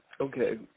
Okay